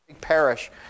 parish